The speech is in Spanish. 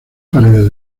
paredes